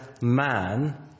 man